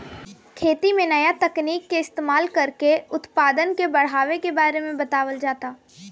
खेती में नया तकनीक के इस्तमाल कर के उत्पदान के बढ़ावे के बारे में बतावल जाता